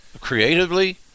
creatively